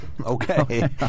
okay